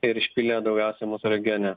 ir išpylė daugiausiai mūsų regione